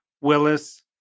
Willis